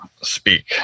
speak